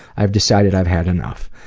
i have decided i've had enough.